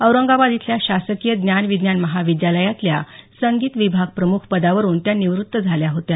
औरंगाबाद इथल्या शासकीय ज्ञानविज्ञान महाविद्यालयातल्या संगीत विभाग प्रमुख पदावरून त्या निवृत्त झाल्या होत्या